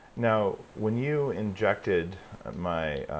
now, when you injected my.